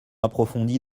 approfondies